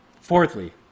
Fourthly